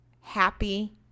happy